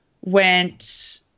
went